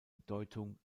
bedeutung